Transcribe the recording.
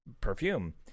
perfume